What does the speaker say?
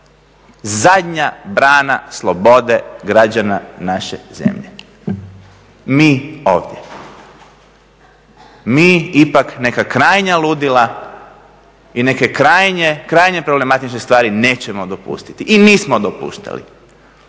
zadnja brana slobode građana naše zemlje. Mi ovdje. Mi ipak neka krajnja ludila i neke krajnje problematične stvari nećemo dopustiti i nismo dopuštali.